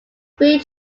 three